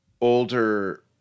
older